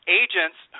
agents